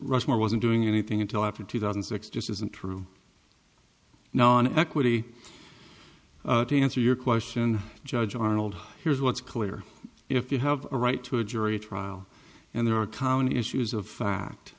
rushmore wasn't doing anything until after two thousand and six just isn't true now on equity to answer your question judge arnold here's what's clear if you have a right to a jury trial and there are common issues of fact